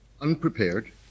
unprepared